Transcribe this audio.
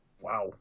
Wow